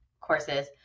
courses